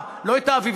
לא את האביב,